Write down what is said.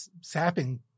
sapping